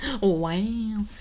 wow